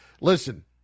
listen